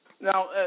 Now